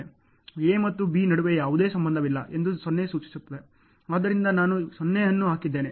A ಮತ್ತು B ನಡುವೆ ಯಾವುದೇ ಸಂಬಂಧವಿಲ್ಲ ಎಂದು 0 ಸೂಚಿಸುತ್ತದೆ ಆದ್ದರಿಂದ ನಾನು 0 ಅನ್ನು ಹಾಕಿದ್ದೇನೆ